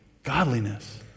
Godliness